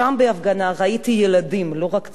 שם בהפגנה ראיתי ילדים, לא רק צעירים,